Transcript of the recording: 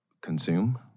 consume